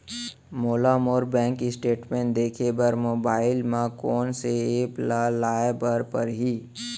मोला मोर bank statement देखे बर मोबाइल मा कोन सा एप ला लाए बर परही?